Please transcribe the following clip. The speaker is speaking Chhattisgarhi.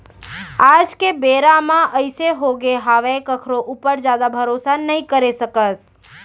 आज के बेरा म अइसे होगे हावय कखरो ऊपर जादा भरोसा नइ करे सकस